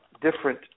different